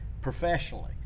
professionally